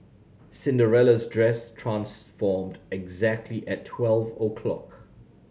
Cinderella's dress transformed exactly at twelve o'clock